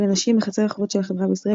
כלא נשים - החצר האחורית של החברה בישראל,